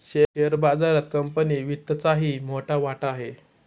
share बाजारात company वित्तचाही मोठा वाटा आहे